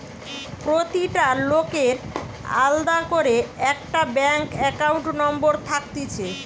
প্রতিটা লোকের আলদা করে একটা ব্যাঙ্ক একাউন্ট নম্বর থাকতিছে